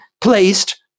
placed